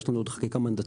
יש לנו עוד חקיקה מנדטורית.